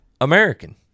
American